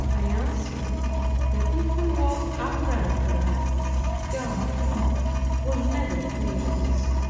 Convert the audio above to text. i answered that if we walked uprightly god would never fail us.